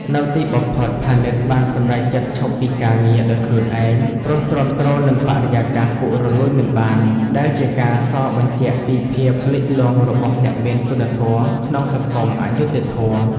នៅទីបំផុត ផានីតបានសម្រេចចិត្តឈប់ពីការងារដោយខ្លួនឯង ព្រោះទ្រាំទ្រនឹងបរិយាកាសពុករលួយមិនបាន ដែលជាការសបញ្ជាក់ពីភាពលិចលង់របស់អ្នកមានគុណធម៌ក្នុងសង្គមអយុត្តិធម៌។